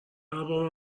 بار